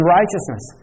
righteousness